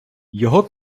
його